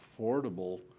affordable